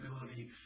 ability